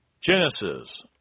Genesis